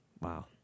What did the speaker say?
Wow